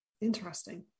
Interesting